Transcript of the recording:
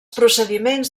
procediments